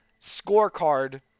scorecard